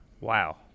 Wow